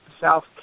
South